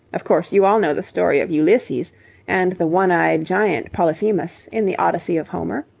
of course you all know the story of ulysses and the one-eyed giant, polyphemus, in the odyssey of homer?